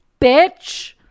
Bitch